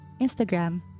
Instagram